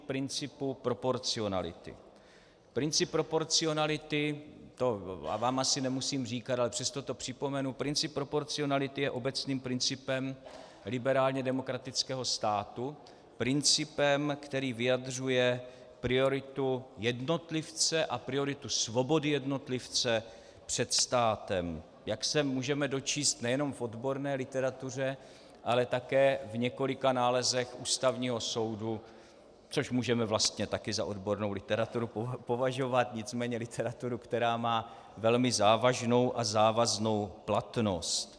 Princip proporcionality, to vám asi nemusím říkat, ale přesto to připomenu, princip proporcionality je obecným principem liberálně demokratického státu, principem, který vyjadřuje prioritu jednotlivce a prioritu svobody jednotlivce před státem, jak se můžeme dočíst nejenom v odborné literatuře, ale také v několika nálezech Ústavního soudu, což můžeme vlastně taky za odbornou literaturu považovat, nicméně literaturu, která má velmi závažnou a závaznou platnost.